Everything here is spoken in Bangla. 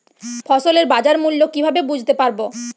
ফসলের বাজার মূল্য কিভাবে বুঝতে পারব?